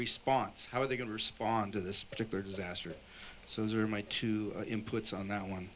response how are they going to respond to this particular disaster so those are my two inputs on that